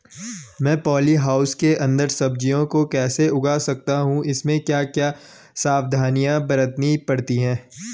मैं poly house के अन्दर सब्जियों को कैसे उगा सकता हूँ इसमें क्या क्या सावधानियाँ बरतनी पड़ती है?